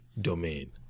domain